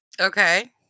okay